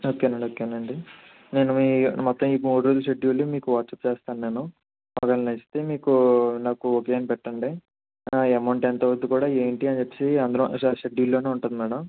ఓకేనండి ఓకేనండి నేను మీ మొత్తం ఈ మూడు రోజుల షెడ్యూల్ మీకు వాట్సప్ చేస్తాను నేను ఒకవేళ నచ్చితే మీకు నాకు ఓకే అని పెట్టండి ఆ యమోంట్ ఎంతవుద్ది కూడా ఏంటి అని అందులో షెడ్యూల్లోనే ఉంటుంది మేడమ్